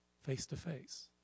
face-to-face